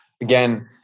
Again